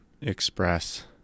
express